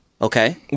Okay